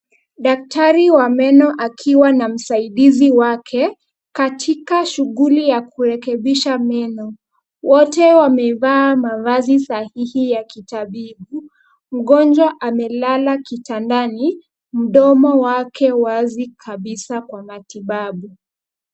Daktari wa meno akiwa na msaidizi wake, katika shughuli ya kurekebisha meno. Wote wamevaa mavazi sahihi ya kitabibu. Mgonjwa amelala kitandani, mdomo wake wazi kabisa kwa matibabu.